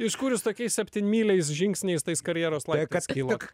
iš kur jūs tokiais septynmyliais žingsniais tais karjeros laiptais kilot